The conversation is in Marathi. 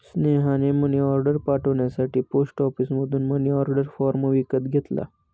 स्नेहाने मनीऑर्डर पाठवण्यासाठी पोस्ट ऑफिसमधून मनीऑर्डर फॉर्म विकत घेतला